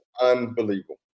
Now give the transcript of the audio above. Unbelievable